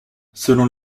selon